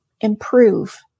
improve